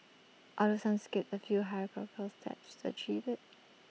although some skipped A few hierarchical steps to achieve IT